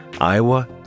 Iowa